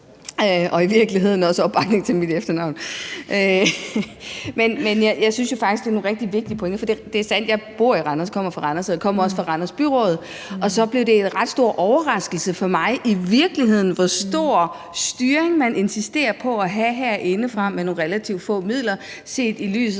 og i virkeligheden også for opbakningen til mit efternavn. Men jeg synes jo faktisk, det er nogle rigtig vigtige pointer. For det er sandt, at jeg bor i Randers og kommer fra Randers, jeg kommer også fra Randers Byråd, og så blev det en ret stor overraskelse for mig, hvor stor en styring man i virkeligheden herindefra insisterer på at have med de relativt få midler, som